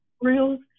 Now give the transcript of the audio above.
grills